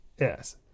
yes